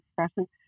expression